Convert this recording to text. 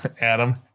Adam